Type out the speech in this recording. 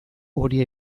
hori